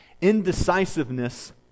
Indecisiveness